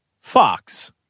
Fox